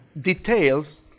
details